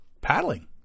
paddling